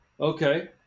Okay